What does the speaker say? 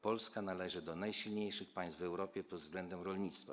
Polska należy do najsilniejszych państw w Europie pod względem rolnictwa.